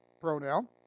pronoun